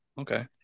okay